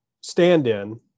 stand-in